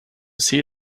see